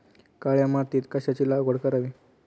काळ्या मातीत कशाची लागवड करावी?